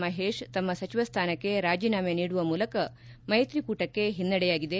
ಮಹೇಶ್ ತಮ್ಮ ಸಚಿವ ಸ್ಥಾನಕ್ಕೆ ರಾಜೀನಾಮೆ ನೀಡುವ ಮೂಲಕ ಮೈತ್ರಿಕೂಟಕ್ಕೆ ಒನ್ನಡೆಯಾಗಿದೆ